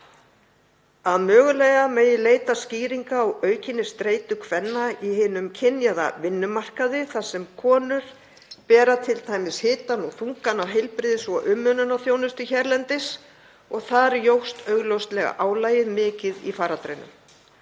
að mögulega megi leita skýringa á aukinni streitu kvenna í hinum kynjaða vinnumarkaði þar sem konur bera t.d. hitann og þungann af heilbrigðis- og umönnunarþjónustu hérlendis og þar jókst álagið augljóslega mikið í faraldrinum.